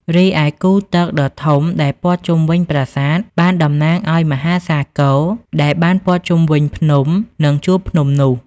រីឯគូទឹកដ៏ធំដែលព័ទ្ធជុំវិញប្រាសាទបានតំណាងឲ្យមហាសាគរដែលបានព័ទ្ធជុំវិញភ្នំនិងជួរភ្នំនោះ។